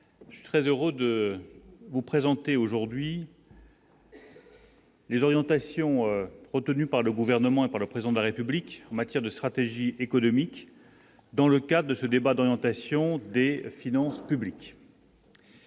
Je suis très heureux de vous présenter aujourd'hui. Les orientations retenues par le gouvernement et par le président de la République en matière de stratégie économique dans le cas de ce débat dans l'tentation des finances publiques.